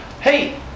Hey